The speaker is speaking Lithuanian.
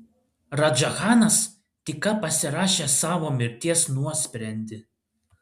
radža chanas tik ką pasirašė savo mirties nuosprendį